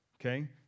Okay